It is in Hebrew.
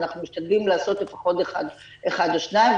אנחנו משתדלים לעשות לפחות אחד או שניים.